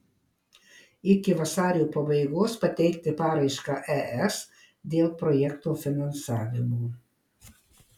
iki vasario pabaigos pateikti paraišką es dėl projekto finansavimo